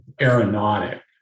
aeronautic